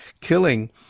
killing